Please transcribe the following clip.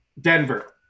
Denver